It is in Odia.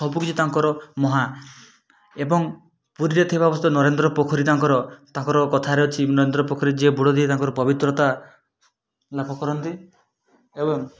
ସବୁକିଛି ତାଙ୍କର ମହା ଏବଂ ପୁରୀରେ ଥିବା ଅବସ୍ଥିତ ନରେନ୍ଦ୍ର ପୋଖରୀ ତାଙ୍କର ତାଙ୍କର କଥାରେ ଅଛି ନରେନ୍ଦ୍ର ପୋଖରୀ ଯିଏ ବୁଡ଼ ଦିଏ ତାଙ୍କର ପବିତ୍ରତା ଲାଭ କରନ୍ତି ଏବଂ